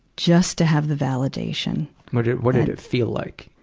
just to have the validation. what did, what did it feel like,